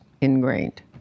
ingrained